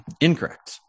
Incorrect